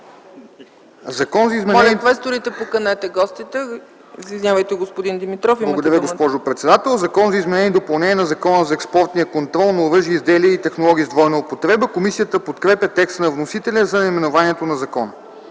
„Закон за изменение